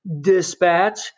dispatch